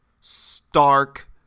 stark